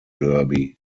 derby